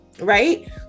Right